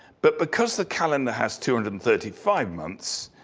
but because the calendar has two hundred and thirty five months,